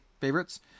favorites